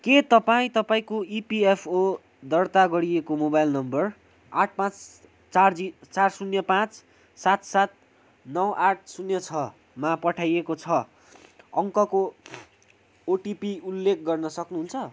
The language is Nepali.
के तपाईँ तपाईँको ई पी एफ ओ दर्ता गरिएको मोबाइल नम्बर आठ पाँच चार जी चार शून्य पाँच सात सात नौ आठ शून्य छमा पठाइएको छ अङ्कको ओटिपी उल्लेख गर्न सक्नुहुन्छ